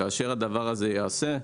כאשר הדבר הזה ייעשה,